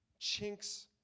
chinks